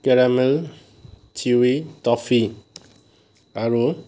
caramel chewy toffee আৰু